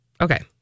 okay